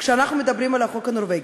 כשאנחנו מדברים על החוק הנורבגי.